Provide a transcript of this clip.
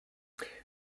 per